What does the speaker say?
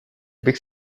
bych